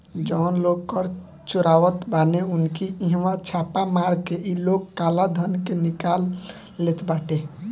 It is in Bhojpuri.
जवन लोग कर चोरावत बाने उनकी इहवा छापा मार के इ लोग काला धन के निकाल लेत बाटे